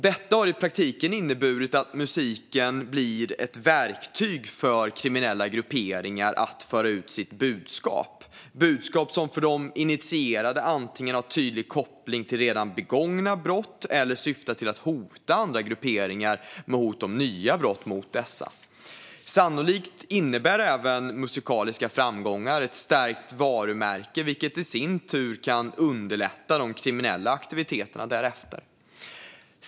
Detta har i praktiken inneburit att musiken blir ett verktyg för kriminella grupperingar att föra ut sitt budskap, budskap som för de initierade antingen har tydlig koppling till redan begångna brott eller syftar till att hota andra grupperingar med nya brott. Sannolikt innebär även musikaliska framgångar ett stärkt varumärke, vilket i sin tur kan underlätta de kriminella aktiviteterna därefter.